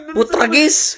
Putragis